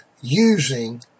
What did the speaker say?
using